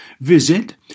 Visit